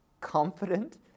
confident